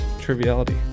triviality